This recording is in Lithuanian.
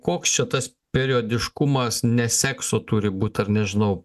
koks čia tas periodiškumas ne sekso turi būt ar nežinau